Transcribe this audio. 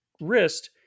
wrist